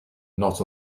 not